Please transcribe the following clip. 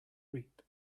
reap